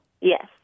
Yes